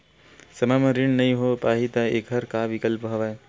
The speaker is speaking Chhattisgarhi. समय म ऋण नइ हो पाहि त एखर का विकल्प हवय?